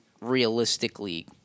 realistically